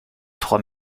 trois